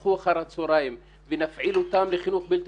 ייפתחו אחר הצהריים ונפעיל אותם לחינוך בלתי